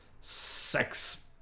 sex